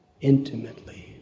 intimately